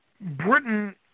Britain